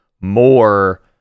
more